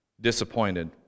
disappointed